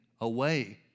away